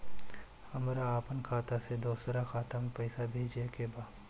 हमरा आपन खाता से दोसरा खाता में पइसा भेजे के बा